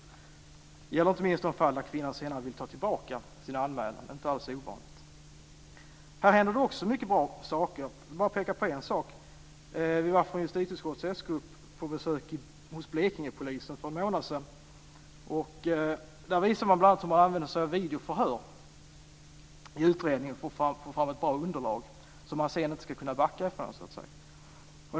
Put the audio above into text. Det gäller inte minst de fall där kvinnan senare vill ta tillbaka sin anmälan. Det är inte alls ovanligt. I detta sammanhang händer det också många bra saker. Jag vill bara peka på en sak. Justitieutskottets s-grupp var på besök hos Blekingepolisen för en månad sedan. Där visade man bl.a. hur man använder sig av videoförhör i utredningen för att få fram ett bra underlag som personen i fråga sedan inte ska kunna backa ifrån.